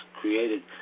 created